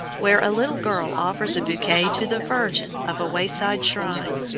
where a little girl offers a bouquet to the virgin of a wayside shrine.